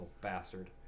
bastard